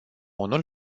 unul